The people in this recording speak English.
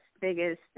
biggest